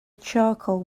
charcoal